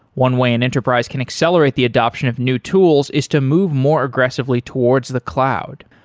one way an enterprise can accelerate the adoption of new tools is to move more aggressively towards the cloud.